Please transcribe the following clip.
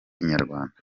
inyarwanda